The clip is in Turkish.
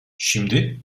şimdi